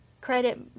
credit